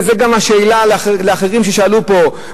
וזה גם השאלה לאחרים ששאלו פה,